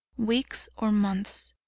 weeks or months.